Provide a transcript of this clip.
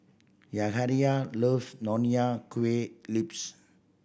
Yahaira loves nonya kueh lips